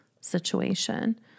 situation